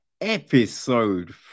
Episode